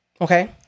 Okay